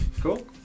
Cool